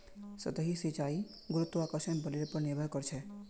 सतही सिंचाई गुरुत्वाकर्षण बलेर पर निर्भर करछेक